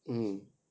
mm